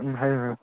ꯎꯝ ꯍꯥꯏꯌꯨ ꯍꯥꯏꯌꯨ